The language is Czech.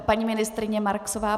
Paní ministryně Marksová.